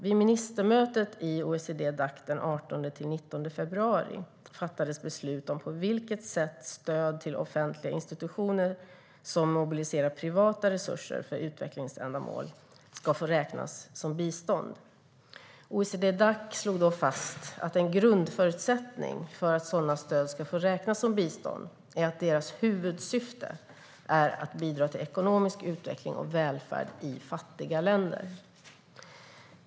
Vid ministermötet i OECD-Dac den 18-19 februari fattades beslut om på vilket sätt stöd till offentliga institutioner som mobiliserar privata resurser för utvecklingsändamål ska få räknas som bistånd. OECD-Dac slog då fast att en grundförutsättning för att sådana stöd ska få räknas som bistånd är att deras huvudsyfte är att bidra till ekonomisk utveckling och välfärd i fattiga länder.